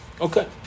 Okay